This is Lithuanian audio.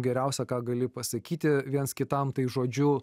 geriausia ką gali pasakyti viens kitam tai žodžiu